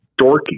dorky